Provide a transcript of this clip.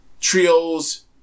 trios